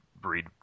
breed